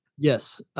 Yes